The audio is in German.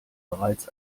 bereits